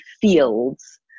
fields